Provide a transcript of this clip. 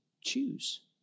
choose